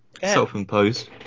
Self-imposed